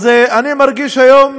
אז אני מרגיש היום,